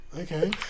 Okay